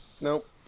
Nope